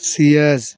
Ciaz